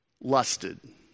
lusted